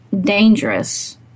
dangerous